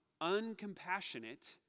uncompassionate